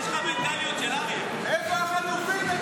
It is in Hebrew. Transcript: איפה החטופים?